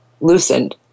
loosened